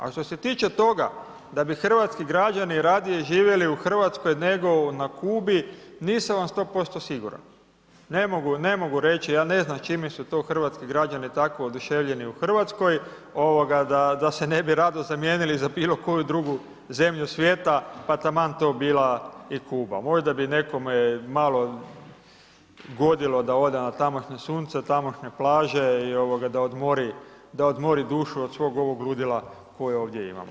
A što se tiče toga da bi hrvatski građani radije živjeli u RH nego na Kubi, nisam vam 100% siguran, ne mogu, ne mogu reći ja ne znam s čime su to hrvatski građani tako oduševljeni u RH da se ne bi rado zamijenili za bilo koju drugu zemlju svijeta, pa taman to bila i Kuba, možda bi nekome malo godilo da ode na tamošnje sunce, na tamošnje plaže i da odmori, da odmori dušu od svog ovog ludila koje ovdje imamo.